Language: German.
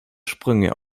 sprünge